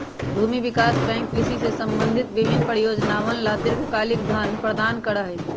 भूमि विकास बैंक कृषि से संबंधित विभिन्न परियोजनअवन ला दीर्घकालिक धन प्रदान करा हई